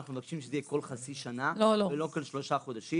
אנחנו מבקשים שזה יהיה כל חצי שנה ולא כל שלושה חודשים.